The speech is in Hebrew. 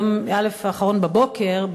יום א' בבוקר,